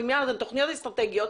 על תוכניות אסטרטגיות,